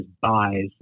buys